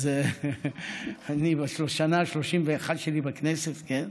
אני בשנה ה-31 שלי בכנסת, כן?